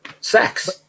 sex